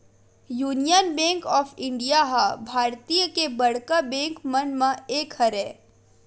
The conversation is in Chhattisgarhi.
युनियन बेंक ऑफ इंडिया ह भारतीय के बड़का बेंक मन म एक हरय